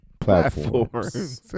platforms